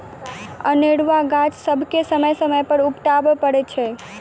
अनेरूआ गाछ सभके समय समय पर उपटाबय पड़ैत छै